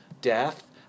death